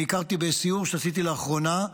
אני הכרתי, בסיור שעשיתי לאחרונה,